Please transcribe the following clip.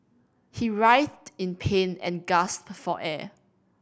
he writhed in pain and gasped for air